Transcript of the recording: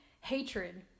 hatred